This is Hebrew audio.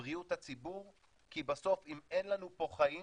בריאות הציבור כי בסוף אם אין לנו פה חיים